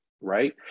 right